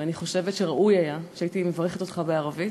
אני חושבת שראוי היה שהייתי מברכת אותך בערבית,